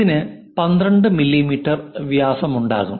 ഇതിന് 12 മില്ലീമീറ്റർ വ്യാസമുണ്ടാകാം